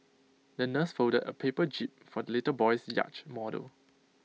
the nurse folded A paper jib for the little boy's yacht model